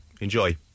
Enjoy